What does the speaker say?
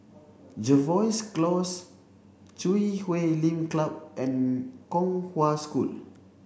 Jervois Close Chui Huay Lim Club and Kong Hwa School